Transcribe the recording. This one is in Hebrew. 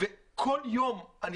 עושות שם פרסה וכל יום אני